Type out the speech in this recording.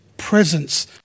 Presence